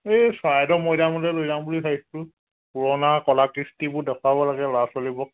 এই চৰাইদেউ মৈদামলৈ লৈ যাম বুলি ভাবিছোঁ পুৰণা কলা কৃষ্টিবোৰ দেখুৱাব লাগে ল'ৰা ছোৱালীবোৰক